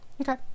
Okay